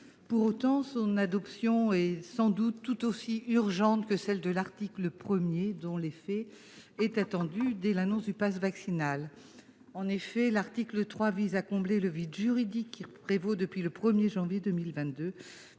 Pour autant, son adoption est sans doute tout aussi urgente que celle de l'article 1, dont l'effet est attendu dès l'instauration du passe vaccinal. En effet, l'article 3 vise à combler le vide juridique qui prévaut depuis le 1 janvier 2022,